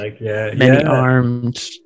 many-armed